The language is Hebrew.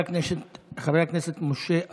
חבר הכנסת משה אבוטבול,